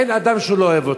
אין אדם שהוא לא אוהב.